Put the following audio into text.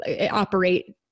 operate